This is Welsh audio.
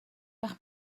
bach